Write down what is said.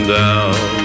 down